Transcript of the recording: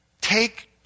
take